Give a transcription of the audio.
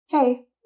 Hey